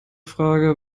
frage